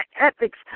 ethics